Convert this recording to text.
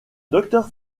docteur